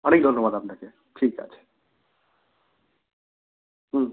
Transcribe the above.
অনেক ধন্যবাদ আপনাকে ঠিক আছে হুম